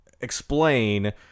explain